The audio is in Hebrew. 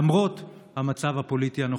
למרות המצב הפוליטי הנוכחי.